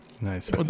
Nice